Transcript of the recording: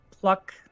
pluck